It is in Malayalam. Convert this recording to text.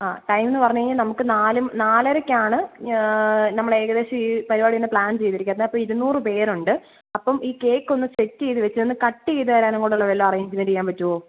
ആ ടൈം എന്ന് പറഞ്ഞ് കഴിഞ്ഞാൽ നമുക്ക് നാലും നാലരയ്ക്കാണ് നമ്മൾ ഏകദേശം ഈ പരിപാടി ഒന്ന് പ്ലാൻ ചെയ്തിരിക്കുന്നത് അപ്പം ഇരുനൂറ് പേർ ഉണ്ട് അപ്പം ഈ കേക്ക് ഒന്ന് സെറ്റ് ചെയ്ത് വെച്ച് തന്ന് കട്ട് ചെയ്ത് തരാനും കൂടെയുള്ള വല്ല അറേഞ്ച്മെൻറ് ചെയ്യാൻ പറ്റുമോ